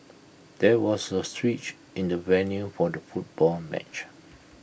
there was A switch in the venue for the football match